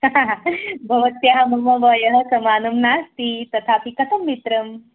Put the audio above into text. ह भवत्याः मम वयः समानं नास्ति तथापि कथं मित्रं